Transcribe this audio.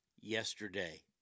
yesterday